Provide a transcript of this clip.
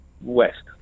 West